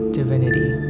divinity